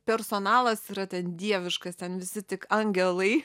personalas yra ten dieviškas ten visi tik angelai